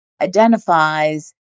identifies